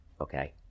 okay